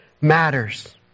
matters